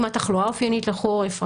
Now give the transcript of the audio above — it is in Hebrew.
עם התחלואה האופיינית לחורף.